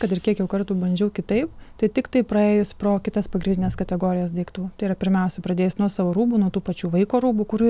kad ir kiek jau kartų bandžiau kitaip tai tiktai praėjus pro kitas pagrindines kategorijas daiktų tai yra pirmiausia pradėjus nuo savo rūbų nuo tų pačių vaiko rūbų kurių